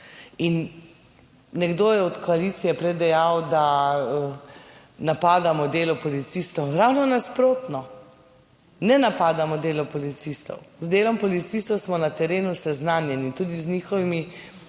In nekdo je od koalicije prej dejal, da napadamo delo policistov, ravno nasprotno, ne napadamo delo policistov. Z delom policistov smo na terenu seznanjeni, tudi z njihovimi